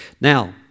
Now